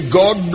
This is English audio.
god